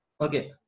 Okay